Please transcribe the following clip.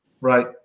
Right